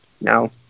no